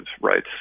rights